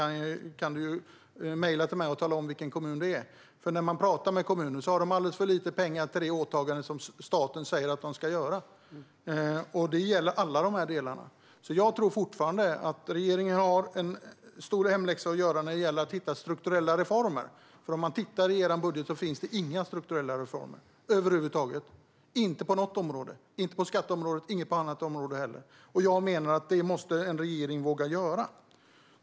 När man pratar med kommunerna får man veta att de har alldeles för lite pengar för det åtagande som staten säger att de ska ha. Jag menar fortfarande att regeringen har en stor hemläxa ett göra när det gäller att hitta strukturella reformer. I er budget finns det inga strukturella reformer över huvud taget på något område - inte på skatteområdet eller på något annat område. Jag menar att en regering måste våga göra strukturella reformer.